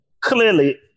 clearly